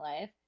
life